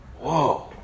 Whoa